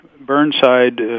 Burnside